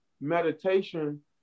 meditation